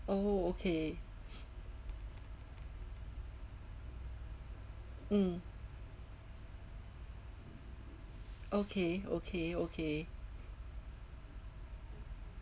oh okay mm okay okay okay